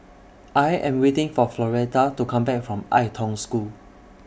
I Am waiting For Floretta to Come Back from Ai Tong School